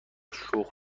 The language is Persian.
شخم